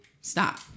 Stop